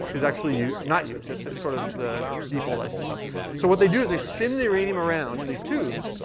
is actually not used. it's a sort of the default isotope. i so what they do is they spin the uranium around in these tubes.